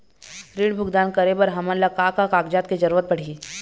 ऋण भुगतान करे बर हमन ला का का कागजात के जरूरत पड़ही?